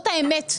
זאת האמת.